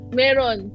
meron